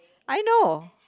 I know